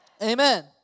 Amen